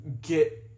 get